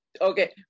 okay